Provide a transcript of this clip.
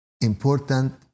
important